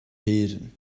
héireann